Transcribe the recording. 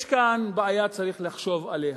יש כאן בעיה, צריך לחשוב עליה.